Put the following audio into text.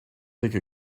take